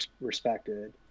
respected